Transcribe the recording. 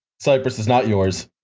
cyprus is not yours.